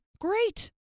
great